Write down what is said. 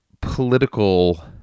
political